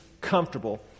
comfortable